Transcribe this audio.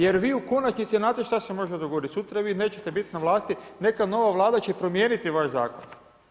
Jer vi u konačnici, znate šta se može dogoditi, sutra vi nećete biti na vlasti, neka nova vlada će promijeniti vaš zakon.